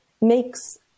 makes